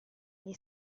gli